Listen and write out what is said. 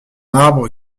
arbre